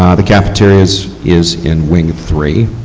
ah the cafeteria is is in wing three